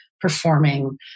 performing